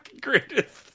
greatest